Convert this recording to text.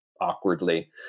awkwardly